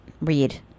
read